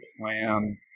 plan